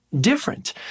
different